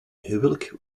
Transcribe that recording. huwelijk